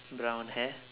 brown hair